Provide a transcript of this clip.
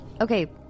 Okay